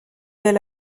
elle